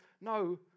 No